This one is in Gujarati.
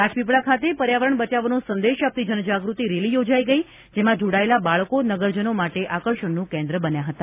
રાજપીપળા ખાતે પર્યાવરણ બચાવોનો સંદેશ આપતી જનજાગૃતિ રેલી યોજાઇ ગઇ જેમાં જોડાયેલા બાળકો નગરજનો માટે આકર્ષણનું કેન્દ્ર બન્યા હતા